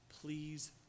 please